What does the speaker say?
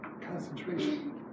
Concentration